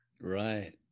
Right